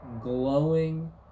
glowing